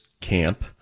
camp